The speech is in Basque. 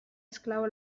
esklabo